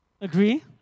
Agree